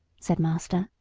said master.